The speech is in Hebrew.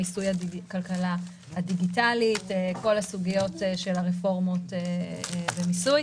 המיסוי הדיגיטלי וכל הסוגיות של הרפורמות במיסוי.